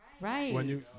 Right